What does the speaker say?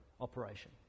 operation